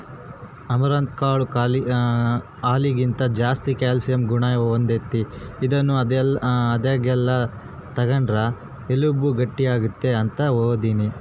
amaranth ಕಾಳು ಹಾಲಿಗಿಂತ ಜಾಸ್ತಿ ಕ್ಯಾಲ್ಸಿಯಂ ಗುಣ ಹೊಂದೆತೆ, ಇದನ್ನು ಆದಾಗೆಲ್ಲ ತಗಂಡ್ರ ಎಲುಬು ಗಟ್ಟಿಯಾಗ್ತತೆ ಅಂತ ಓದೀನಿ